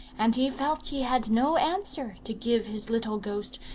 and he felt he had no answer to give his little ghost,